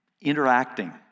interacting